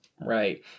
Right